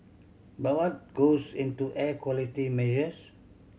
but what goes into air quality measures